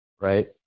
right